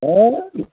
है